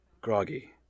Groggy